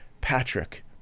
Patrick